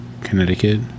connecticut